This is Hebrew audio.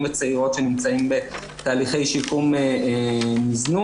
וצעירות שנמצאים בתהליכי שיקום מזנות.